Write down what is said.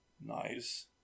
Nice